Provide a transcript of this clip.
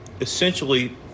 essentially